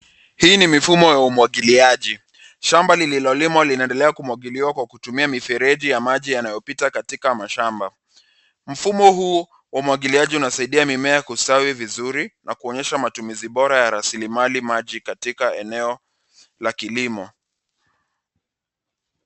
Hii ni mifumo ya umwagiliaji. Shamba lililolimwa linaendelea kumwagiliwa kwa kutumia mifereji ya maji yanayopita katika mashamba. Mfumo huu wa umwagiliaji unasaidia mimea kustawi vizuri na kuonyesha matumizi bora ya rasilimali maji katika eneo la kilimo.